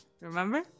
remember